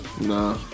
Nah